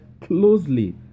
closely